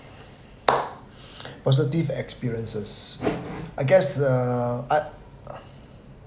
positive experiences I guess uh I